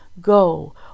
go